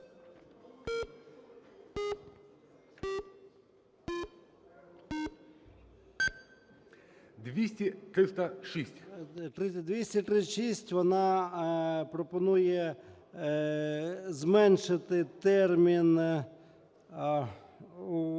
вона пропонує зменшити термін